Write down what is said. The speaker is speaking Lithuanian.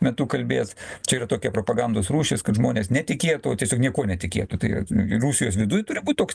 metu kalbėt čia yra tokia propagandos rūšis kad žmonės netikėtų tiesiog niekuo netikėtų tai rusijos viduj turi būt toks